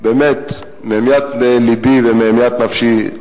באמת, מהמיית לבי ומהמיית נפשי: